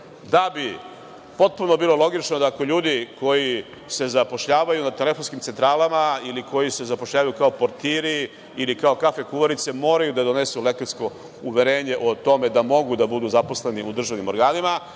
da bi potpuno bilo logično da ako ljudi koji se zapošljavaju na telefonskim centralama, ili koji se zapošljavaju kao portiri, ili kao kafe kuvarice moraju da donesu lekarsko uverenje o tome da mogu da budu zaposleni u državnim organima,